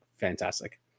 Fantastic